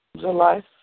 July